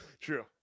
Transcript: True